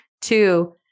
Two